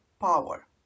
power